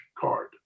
card